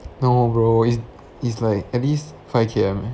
no bro is is like at least five K_M